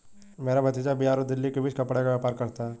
मेरा भतीजा बिहार और दिल्ली के बीच कपड़े का व्यापार करता है